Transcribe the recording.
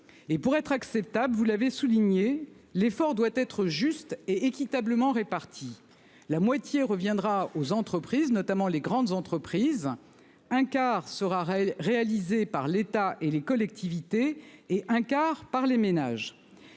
et pour être acceptable, vous l'avez souligné, l'effort doit être justes et équitablement répartis. La moitié reviendra aux entreprises, notamment les grandes entreprises. Un quart sera réalisé par l'État et les collectivités et un quart par les ménages